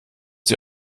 sie